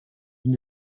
been